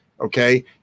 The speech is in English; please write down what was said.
okay